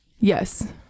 yes